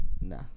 Nah